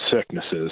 sicknesses